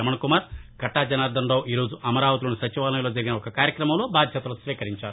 రమణకుమార్ కట్టా జనార్దనరావు ఈరోజు అమరావతిలోని సచివాలయంలో జరిగిన ఒక కార్యక్రమంలో బాధ్యతలు స్వీకరించారు